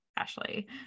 Ashley